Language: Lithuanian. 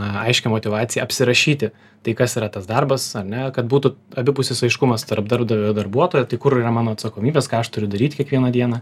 aiškią motyvaciją apsirašyti tai kas yra tas darbas ar ne kad būtų abipusis aiškumas tarp darbdavio darbuotojo tai kur yra mano atsakomybės ką aš turiu daryt kiekvieną dieną